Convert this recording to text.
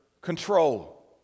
control